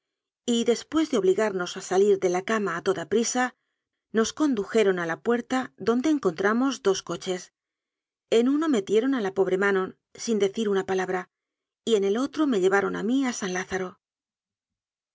y después de obligarnos a salir de la cama a toda prisa nos condujeron a la puerta donde encontramos dos coches en uno metieron a la po bre manon sin decir una palabra y en el otro me llevaron a mí a san lázaro